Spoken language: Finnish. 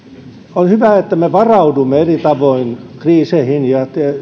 on hyvä että me varaudumme eri tavoin kriiseihin ja